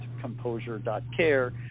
composure.care